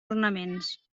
ornaments